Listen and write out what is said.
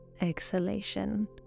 exhalation